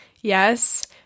yes